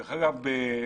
דרך אגב,